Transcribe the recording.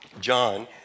John